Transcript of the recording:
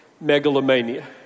megalomania